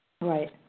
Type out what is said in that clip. Right